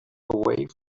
away